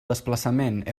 desplaçament